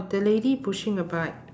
the lady pushing a bike